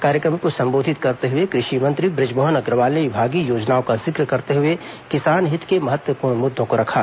कार्यक्रम को संबोधित करते हुए कृषि मंत्री ब्रजमोहन अग्रवाल ने विभागीय योजनाओं का जिक्र करते हुए किसान हित के महत्वपूर्ण मुद्दों को रखा